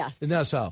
Yes